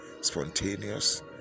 spontaneous